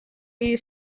iyi